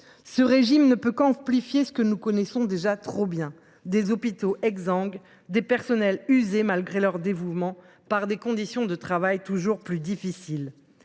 Ce régime ne peut qu’amplifier un phénomène que nous ne connaissons déjà que trop bien : des hôpitaux exsangues, des agents usés, malgré leur dévouement, par des conditions de travail toujours plus difficiles…